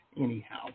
Anyhow